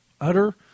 Utter